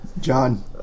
John